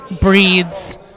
breeds